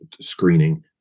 screening